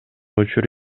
учур